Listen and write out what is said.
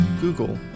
Google